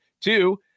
Two